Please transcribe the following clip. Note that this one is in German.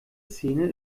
szene